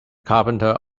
carpenter